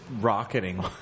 rocketing